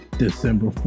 December